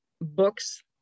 books